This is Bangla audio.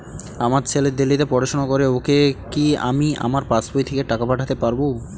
আমার ছেলে দিল্লীতে পড়াশোনা করে ওকে কি আমি আমার পাসবই থেকে টাকা পাঠাতে পারব?